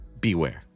beware